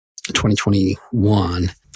2021